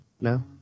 No